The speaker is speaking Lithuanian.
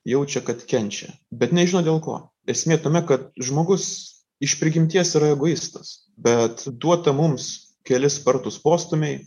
jaučia kad kenčia bet nežino dėl ko esmė tame kad žmogus iš prigimties yra egoistas bet duota mums keli spartūs postūmiai